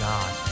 God